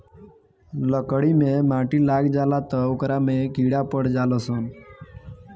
लकड़ी मे माटी लाग जाला त ओकरा में कीड़ा पड़ जाल सन